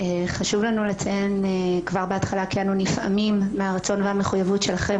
חשוב לנו לציין כבר בהתחלה כי אנו נפעמים מן הרצון והמחויבות שלכם,